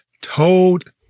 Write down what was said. told